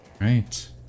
Right